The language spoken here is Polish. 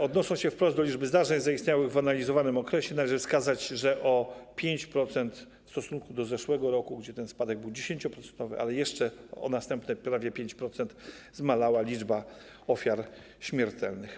Odnosząc się wprost do liczby zdarzeń zaistniałych w analizowanym okresie, należy wskazać, że o 5% w stosunku do zeszłego roku, kiedy ten spadek był 10-procentowy, czyli jeszcze o następne prawie 5%, zmalała liczba ofiar śmiertelnych.